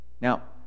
Now